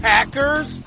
Packers